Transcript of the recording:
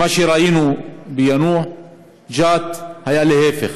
מה שראינו ביאנוח-ג'ת היה להפך: